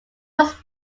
was